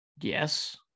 Yes